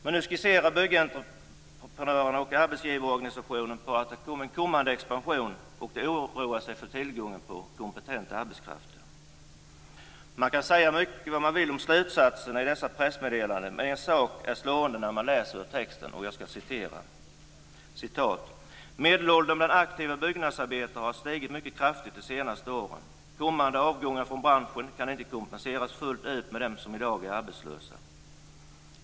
Men nu skissar alltså Byggentreprenörerna och arbetsgivarorganisationerna en kommande expansion och oroar sig för tillgången på kompetent arbetskraft. Man kan säga mycket om slutsatserna av pressmeddelandet, men en sak är slående när man läser texten: "Medelåldern bland aktiva byggnadsarbetare har stigit mycket kraftigt de senaste åren. Kommande avgångar från branschen kan inte kompenseras fullt ut med dem som i dag är arbetslösa.